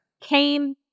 came